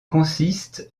consistent